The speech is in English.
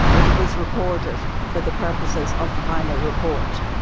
but it was recorded for the purposes of the final report.